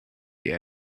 der